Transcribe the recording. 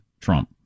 Trump